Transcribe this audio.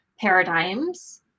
paradigms